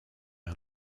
out